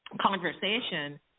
conversation